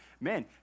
man